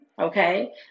okay